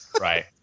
Right